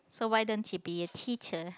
so why don't you be a teacher